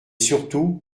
surtout